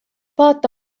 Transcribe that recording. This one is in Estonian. vaata